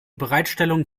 bereitstellung